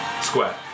Square